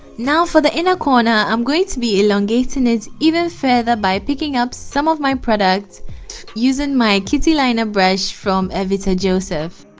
now for the inner corner i'm going to be elongation it even further by picking up some of my products using my kitty liner brush from evita joseph